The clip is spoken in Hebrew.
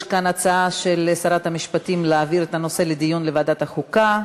יש כאן הצעה של שרת המשפטים להעביר את הנושא לדיון בוועדת החוקה.